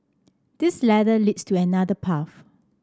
this ladder leads to another path